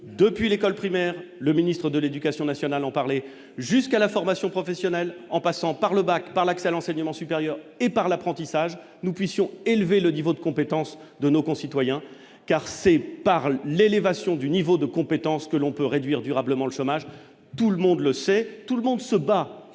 depuis l'école primaire, le ministre de l'Éducation nationale en parler jusqu'à la formation professionnelle en passant par le bac par l'accès à l'enseignement supérieur et par l'apprentissage nous puissions élever le niveau de compétence de nos concitoyens car c'est par l'élévation du niveau de compétences que l'on peut réduire durablement le chômage, tout le monde le sait, tout le monde se bat